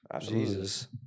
Jesus